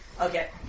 Okay